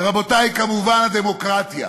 ורבותי, כמובן הדמוקרטיה.